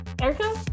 Erica